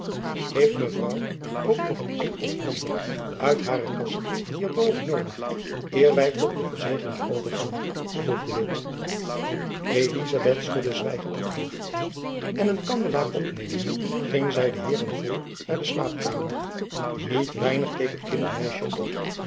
heeft mevrouw ook nog het een of ander uit hare kassen hier boven noodig eer wy tot de verzegeling over gaan vroeg de witt elizabeth schudde zwijgend het hoofd en een kandelaar opnemende ging zy de heeren voor naar de slaapkamer niet weinig keek het kindermeisjen op